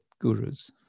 gurus